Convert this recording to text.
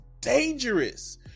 dangerous